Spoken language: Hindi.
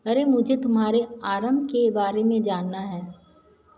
अरे मुझे तुम्हारे आरम्भ के बारे में जानना है